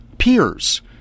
peers